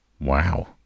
Wow